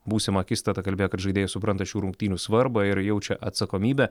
būsimą akistatą kalbėjo kad žaidėjai supranta šių rungtynių svarbą ir jaučia atsakomybę